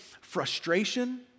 frustration